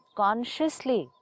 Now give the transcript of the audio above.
consciously